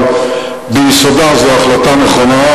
אבל ביסודה זו החלטה נכונה.